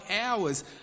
hours